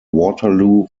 waterloo